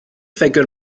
ffigwr